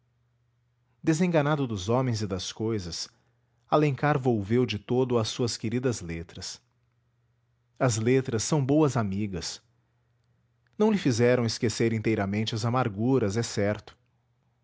desenganado dos homens e das cousas alencar volveu de todo às suas queridas letras as letras são boas amigas não lhe fizeram esquecer inteiramente as amarguras é certo